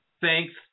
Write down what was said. thanks